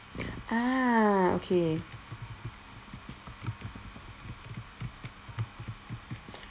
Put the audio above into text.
ah okay